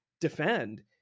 defend